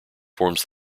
forms